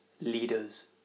leaders